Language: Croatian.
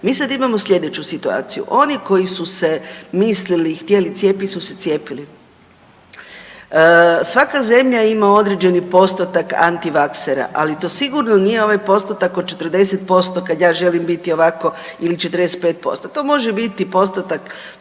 Mi sada imamo sljedeću situaciju. Oni koji su se mislili i htjeli cijepiti su se cijepili. Svaka zemlja ima određeni postotak antivaksera, ali to sigurno nije ovaj postotak od 40% kada ja želim biti ovako ili 45%. To može biti postotak